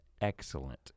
excellent